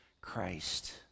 Christ